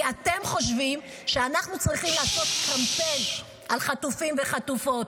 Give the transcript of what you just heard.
כי אתם חושבים שאנחנו צריכים לעשות קמפיין על חטופים וחטופות.